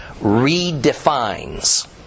redefines